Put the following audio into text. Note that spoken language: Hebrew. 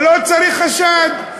ולא צריך חשד,